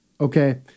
Okay